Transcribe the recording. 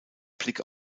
blick